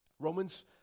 Romans